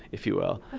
if you will.